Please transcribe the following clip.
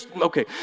okay